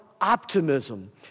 optimism